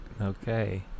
Okay